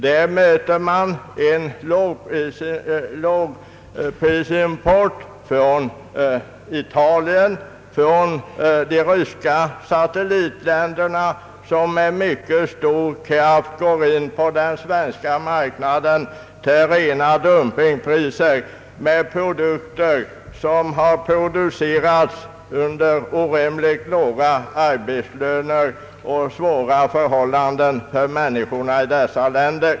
De möter en lågprisimport från Italien och från de ryska satellitländerna, som med stor kraft går in på den svenska marknaden med produkter till rena dumpingpriser. Det är här fråga om varor som tillverkats av människor som lever under svåra förhållanden och med orimligt låga arbetslöner.